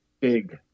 Big